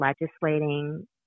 legislating